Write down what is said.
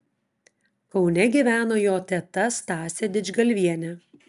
kaune gyveno jo teta stasė didžgalvienė